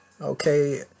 okay